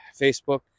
Facebook